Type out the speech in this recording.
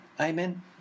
Amen